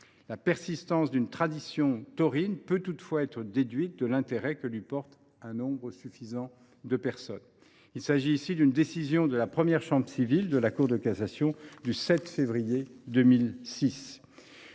La persistance d’une tradition taurine peut toutefois être déduite de l’intérêt que lui porte un nombre suffisant de personnes, comme l’a décidé la première chambre civile de la Cour de cassation dans un arrêt du 7 février 2006.